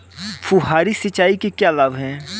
फुहारी सिंचाई के क्या लाभ हैं?